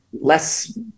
less